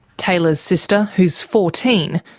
taylor's sister, who's fourteen,